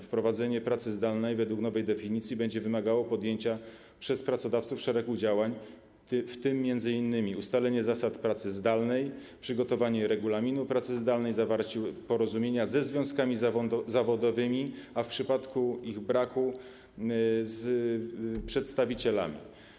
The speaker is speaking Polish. Wprowadzenie pracy zdalnej według nowej definicji będzie wymagało podjęcia przez pracodawców szeregu działań, w tym m.in. ustalenia zasad pracy zdalnej, przygotowania regulaminu pracy zdalnej, zawarcia porozumienia ze związkami zawodowymi, a w przypadku ich braku z przedstawicielami.